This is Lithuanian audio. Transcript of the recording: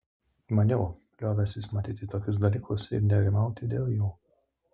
maniau liovęsis matyti tokius dalykus ir nerimauti dėl jų